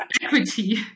equity